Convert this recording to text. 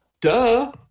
Duh